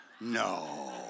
no